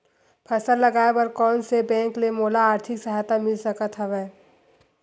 फसल लगाये बर कोन से बैंक ले मोला आर्थिक सहायता मिल सकत हवय?